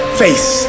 face